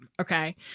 okay